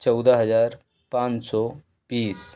चौदह हज़ार पाँच सौ बीस